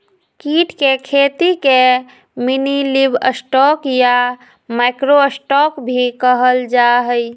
कीट के खेती के मिनीलिवस्टॉक या माइक्रो स्टॉक भी कहल जाहई